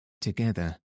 together